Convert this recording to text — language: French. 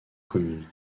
communes